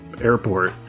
airport